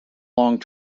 long